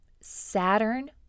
saturn